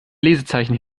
lesezeichen